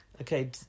Okay